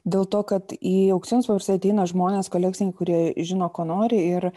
dėl to kad į aukcijonus paprastai ateina žmonės kolekcininkai kurie žino ko nori ir